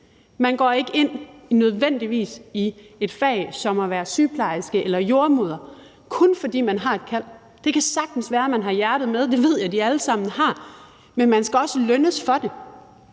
kun ind i et fag som det at være sygeplejerske eller jordemoder, fordi man har et kald. Det kan sagtens være, at man har hjertet med – det ved jeg de